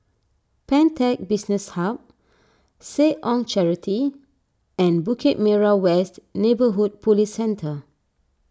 Pantech Business Hub Seh Ong Charity and Bukit Merah West Neighbourhood Police Centre